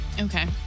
Okay